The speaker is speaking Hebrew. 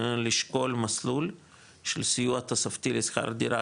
לשקול מסלול של סיוע תוספתי לשכר דירה,